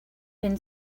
been